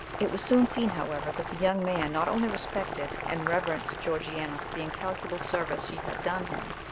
it was soon seen, however, that the young man not only respected and reverenced georgiana for the incalculable service she had done him,